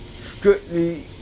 strictly